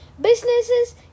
Businesses